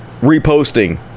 Reposting